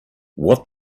what